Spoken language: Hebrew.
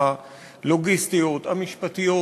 הלוגיסטיות, המשפטיות,